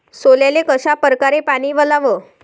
सोल्याले कशा परकारे पानी वलाव?